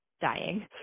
dying